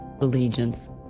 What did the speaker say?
Allegiance